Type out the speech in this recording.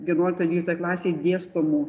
vienuoliktoj dvyliktoj klasėj dėstomų